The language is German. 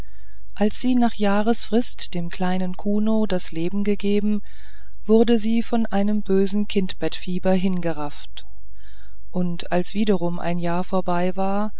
als sie nach jahresfrist dem kleinen kuno das leben gegeben wurde sie von einem bösen kindbettfieber hingerafft und als wiederum ein jahr vorbei war